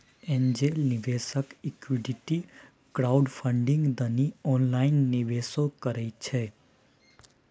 angel निवेशक equity crowdfunding दनी online निवेशो करइ छइ